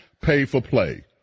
pay-for-play